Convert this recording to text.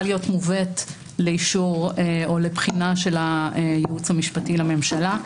להיות מובאת לאישור או לבחינת הייעוץ המשפטי לממשלה.